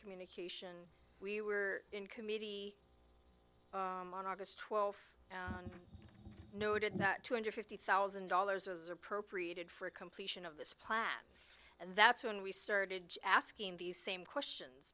communication we were in committee on august twelfth noted that two hundred fifty thousand dollars appropriated for a completion of this plan and that's when we started asking these same questions